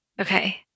Okay